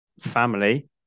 family